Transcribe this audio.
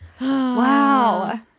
Wow